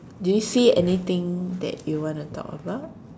do you see anything that you wanna talk about